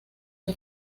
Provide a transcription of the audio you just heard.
que